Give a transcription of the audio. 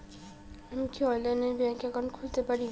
আমি কি অনলাইনে ব্যাংক একাউন্ট খুলতে পারি?